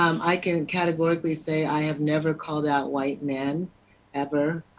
um i can categorically say i have never called out whiteman ever.